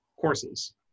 courses